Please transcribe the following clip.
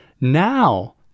Now